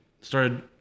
started